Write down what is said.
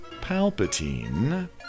Palpatine